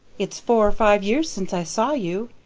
it's four or five years since i saw you,